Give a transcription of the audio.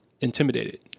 intimidated